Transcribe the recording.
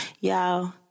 y'all